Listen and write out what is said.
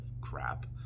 crap